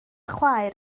chwaer